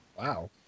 Wow